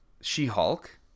She-Hulk